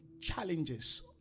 challenges